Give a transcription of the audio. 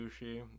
sushi